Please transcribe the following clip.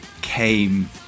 came